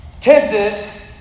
tempted